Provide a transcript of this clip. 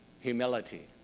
humility